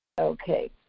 Okay